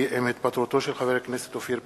כי עם התפטרותו של חבר הכנסת אופיר פינס-פז,